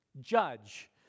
judge